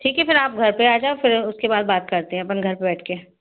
ठीक है फिर आप घर पे आ जाओ फिर उसके बाद बात करते हैं पे बैठ के